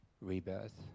rebirth